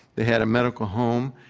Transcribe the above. they had a medical home,